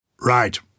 Right